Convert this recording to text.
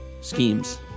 schemes